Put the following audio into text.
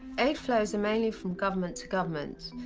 aid flows are mainly from government to government's,